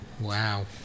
Wow